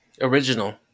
Original